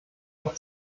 noch